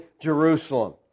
Jerusalem